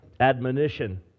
admonition